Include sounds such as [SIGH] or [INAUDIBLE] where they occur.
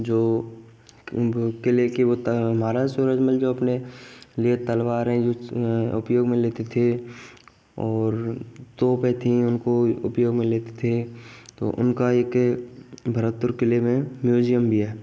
जो वो किले के वो होता है हमारा सूरजमल में जो अपने लिए तलवारें उपयोग में लेते और तोपें थी उनको उपयोग में लेते थे तो उनका एक भरतपुर किले में म्यूजियम भी है [UNINTELLIGIBLE]